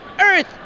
earth